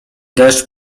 deszcz